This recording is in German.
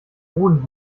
boden